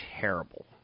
terrible